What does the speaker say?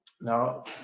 Now